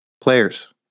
Players